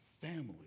family